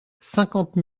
cinquante